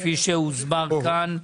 כפי שהוסבר כאן.